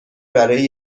برای